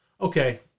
okay